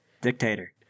Dictator